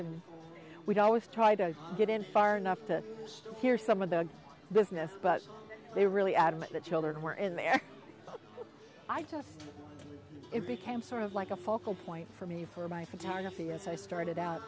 and we'd always try to get in far enough to hear some of the business they really adamant that children were in the air it became sort of like a focal point for me for my photography as i started out